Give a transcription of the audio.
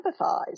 empathize